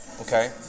Okay